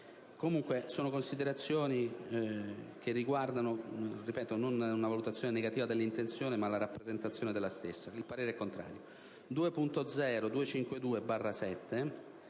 comunque di considerazioni che riguardano non una valutazione negativa dell'intenzione ma la rappresentazione della stessa. Esprimo parere contrario